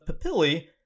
papillae